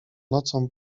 nocą